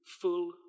full